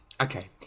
okay